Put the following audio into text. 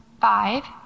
Five